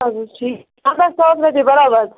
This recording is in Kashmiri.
آدٕ حظ ٹھیٖک پَگاہ سَتھ بَجے بَرابَد